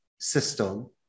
system